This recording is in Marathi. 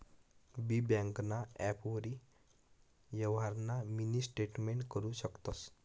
बी ब्यांकना ॲपवरी यवहारना मिनी स्टेटमेंट करु शकतंस